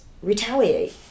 retaliate